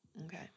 Okay